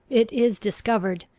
it is discovered!